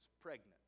pregnant